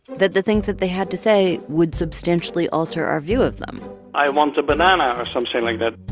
that the things that they had to say would substantially alter our view of them i want a banana or something like that